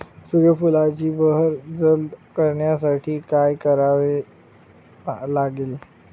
सूर्यफुलाची बहर जलद करण्यासाठी काय करावे लागेल?